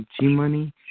G-Money